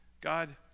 God